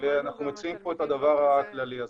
ואנחנו מציעים פה את הדבר הכללי הזה.